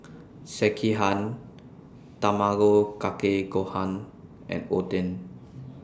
Sekihan Tamago Kake Gohan and Oden